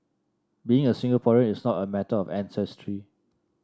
being a Singaporean is not a matter of ancestry